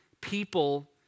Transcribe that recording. people